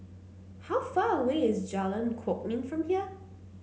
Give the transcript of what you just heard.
how far away is Jalan Kwok Min from here